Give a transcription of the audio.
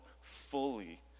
fully